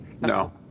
No